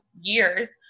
years